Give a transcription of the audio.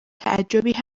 تعجبی